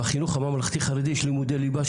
בחינוך הממלכתי-חרדי יש לימודי ליב"ה,